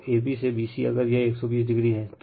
तो ab से bc अगर यह 120o है